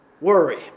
worry